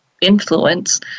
influence